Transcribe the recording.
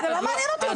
זה לא מעניין אותי.